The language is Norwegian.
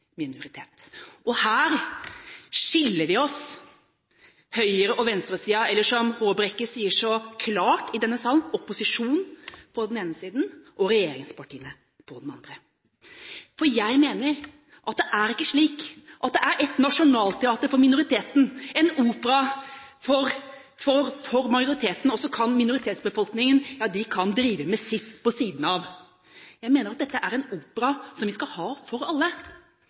her skilles vi, høyresiden og venstresiden, eller som Håbrekke sier så klart i denne sal, opposisjonen på den ene siden og regjeringspartiene på den andre. For jeg mener at det er ikke slik at det er et nasjonalteater og en opera for majoriteten, og så kan minoritetsbefolkningen drive med sitt på siden. Jeg mener at dette er en opera som skal være for alle.